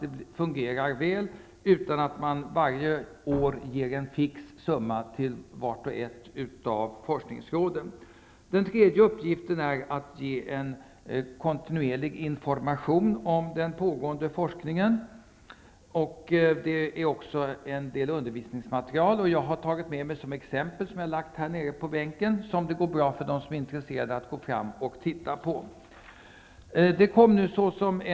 Det fungerar väl utan att man varje år ger en fix summa till vart och ett av forskningsråden. Den tredje uppgiften är att ge en kontinuerlig information om den pågående forskningen. Man ger också ut en del undervisningsmaterial. Jag har tagit med mig några exempel som jag har lagt på bänken här nere. De som är intresserade kan gå fram och titta på dem.